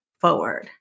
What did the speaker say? forward